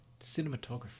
cinematography